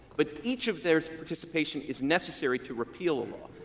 but each of their's participation is necessary to repeal a law.